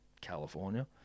California